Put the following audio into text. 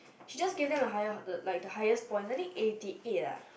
she just gave them a higher the like the highest point I think eighty eight ah